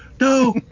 No